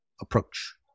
approach